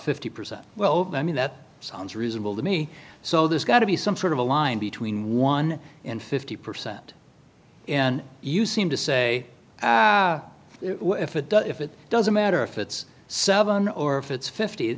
fifty percent well i mean that sounds reasonable to me so there's got to be some sort of a line between one and fifty percent and you seem to say if it does if it doesn't matter if it's so on or if it's fift